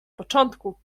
początku